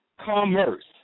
commerce